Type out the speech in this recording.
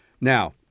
Now